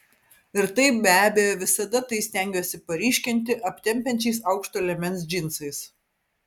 ir taip be abejo visada tai stengiuosi paryškinti aptempiančiais aukšto liemens džinsais